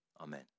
amen